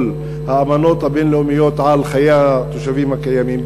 האמנות הבין-לאומיות לחיי התושבים הקיימים,